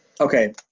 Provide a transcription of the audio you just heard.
Okay